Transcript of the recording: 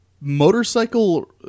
motorcycle